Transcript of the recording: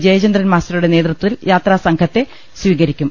ജയചന്ദ്രൻ മാസ്റ്ററുടെ നേതൃത്വ ത്തിൽ യാത്രാ സംഘത്തെ സ്വീകരിക്കും